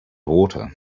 water